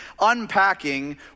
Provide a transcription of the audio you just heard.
unpacking